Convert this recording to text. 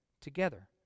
together